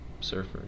surfer